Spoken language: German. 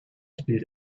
spielt